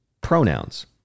pronouns